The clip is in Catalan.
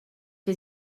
que